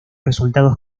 resultados